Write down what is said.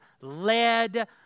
led